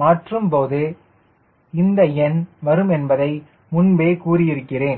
மாற்றும் போது இந்த எண் வரும் என்பதை முன்பே கூறியிருக்கிறேன்